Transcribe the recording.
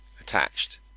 attached